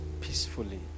peacefully